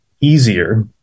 easier